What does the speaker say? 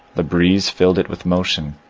the breeze filled it with motion.